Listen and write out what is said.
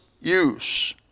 use